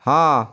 ହଁ